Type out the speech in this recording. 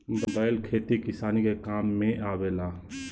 बैल खेती किसानी के काम में आवेला